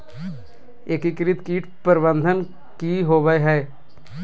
एकीकृत कीट प्रबंधन की होवय हैय?